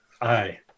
Aye